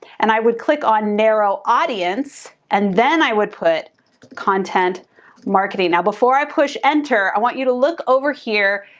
and i would click on narrow audience, and then i would put content marketing. now, before i push enter, i want you to look over here,